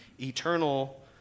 eternal